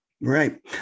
Right